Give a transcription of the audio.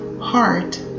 heart